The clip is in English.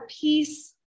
peace